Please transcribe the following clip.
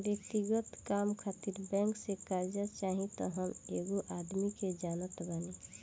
व्यक्तिगत काम खातिर बैंक से कार्जा चाही त हम एगो आदमी के जानत बानी